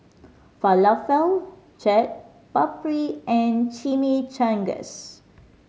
Falafel Chaat Papri and Chimichangas